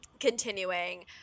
continuing